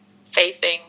facing